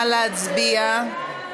נא להצביע.